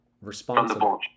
responsible